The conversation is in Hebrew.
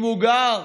אם הוא גר,